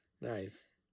Nice